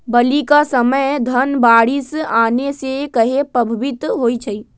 बली क समय धन बारिस आने से कहे पभवित होई छई?